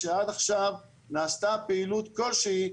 שעד עכשיו נעשתה פעילות כלשהי,